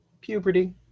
puberty